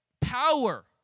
power